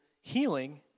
healing